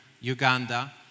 Uganda